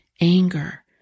anger